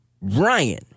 Ryan